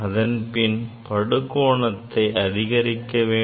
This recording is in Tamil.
அதன்பின் படு கோணத்தை அதிகரிக்க வேண்டும்